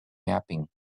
mapping